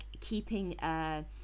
keeping